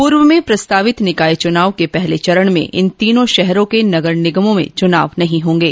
पूर्व में प्रस्तावित निकाय चुनाव के पहले चरण में इन तीनों शहरों के नगर निगमों में चुनाव नहीं होंगे